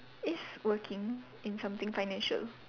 is working in something financial